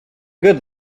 good